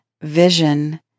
Vision